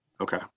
Okay